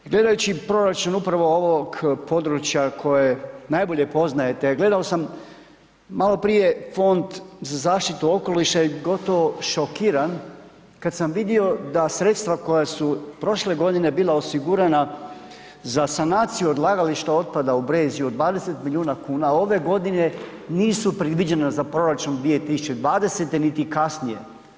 I gledajući proračun upravo ovog područja kojeg najbolje poznajete, gledao sam malo prije Fond za zaštitu okoliša i gotovo šokiran kada sam vidio da sredstva koja su prošle godine bila osigurana za sanaciju odlagališta otpada u Brezju od 20 milijuna kuna, ove godine nisu predviđena za proračun 2020. niti kasnije.